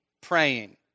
praying